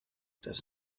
das